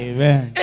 Amen